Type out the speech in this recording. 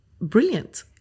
brilliant